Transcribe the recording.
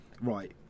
Right